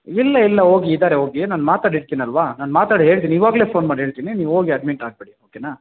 ಇಲ್ಲ ಇಲ್ಲ ಹೋಗಿ ಇದ್ದಾರೆ ಹೋಗಿ ನಾನು ಮಾತಾಡಿರ್ತಿನಲ್ವಾ ನಾನು ಮಾತಾಡಿ ಹೇಳ್ತೀನಿ ಇವಾಗ್ಲೆ ಫೋನ್ ಮಾಡಿ ಹೇಳ್ತೀನಿ ನೀವು ಹೋಗಿ ಅಡ್ಮಿಟ್ ಆಗಿಬಿಡಿ ಓಕೆನಾ